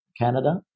canada